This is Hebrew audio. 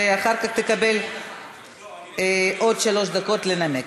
שאחר כך תקבל עוד שלוש דקות לנמק.